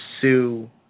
sue